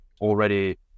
already